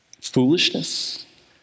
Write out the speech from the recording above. foolishness